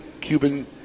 Cuban